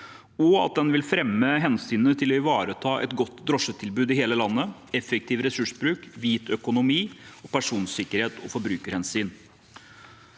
og at den vil fremme hensynet til å ivareta et godt drosjetilbud i hele landet, effektiv ressursbruk, hvit økonomi, personsikkerhet og forbrukerhensyn.